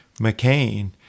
McCain